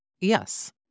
Yes